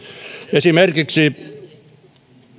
esimerkiksi